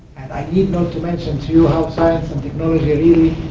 i need not to mention to you how science and technology really